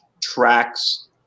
tracks